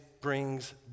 brings